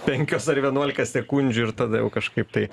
penkios ar vienuolika sekundžių ir tada jau kažkaip tai